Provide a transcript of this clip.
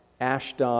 Ashdod